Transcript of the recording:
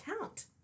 count